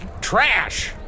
trash